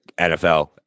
NFL